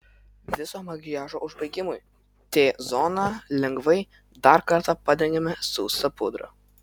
viso makiažo užbaigimui t zoną lengvai dar kartą padengiame sausa pudra